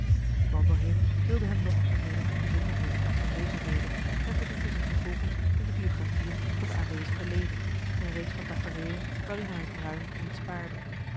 wandelheem deelde hem nog een menigte bijzondermarcellus emants een drietal novellen heden uit zijn leven mede en verdiepte zich vervolgens in de biographieën van de aanwezige leden een reeks van tafereelen waarin hij het bruin niet spaarde